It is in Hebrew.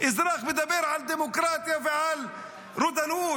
האזרח מדבר על דמוקרטיה ועל רודנות,